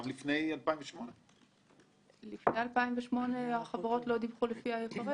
גם לפני 2008. לפני 2008 החברות לא דיווחו לפי ה-IFRS,